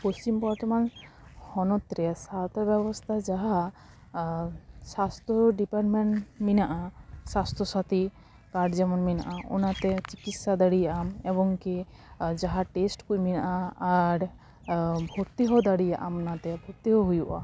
ᱯᱚᱥᱪᱤᱢ ᱵᱚᱨᱫᱷᱚᱢᱟᱱ ᱦᱚᱱᱚᱛ ᱨᱮ ᱥᱟᱶᱛᱟ ᱵᱮᱵᱚᱥᱛᱟ ᱡᱟᱦᱟᱸ ᱥᱟᱥᱛᱚ ᱰᱤᱯᱟᱨᱴᱢᱮᱱᱴ ᱢᱮᱱᱟᱜᱼᱟ ᱥᱟᱥᱛᱚ ᱥᱟᱛᱷᱤ ᱠᱟᱨᱰ ᱡᱮᱢᱚᱱ ᱢᱮᱱᱟᱜᱼᱟ ᱚᱱᱟᱛᱮ ᱪᱤᱠᱤᱥᱥᱟ ᱫᱟᱲᱮᱭᱟᱜ ᱟᱢ ᱮᱵᱚᱝ ᱠᱤ ᱡᱟᱦᱟᱸ ᱴᱮᱥᱴ ᱠᱚ ᱢᱮᱱᱟᱜᱼᱟ ᱟᱨ ᱵᱷᱚᱨᱛᱤ ᱦᱚᱸ ᱫᱟᱲᱮᱭᱟᱜ ᱟᱢ ᱚᱱᱟᱛᱮ ᱵᱷᱚᱛᱛᱤᱦᱚᱸ ᱦᱩᱭᱩᱜᱼᱟ